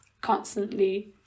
constantly